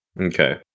Okay